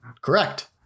Correct